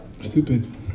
stupid